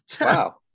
Wow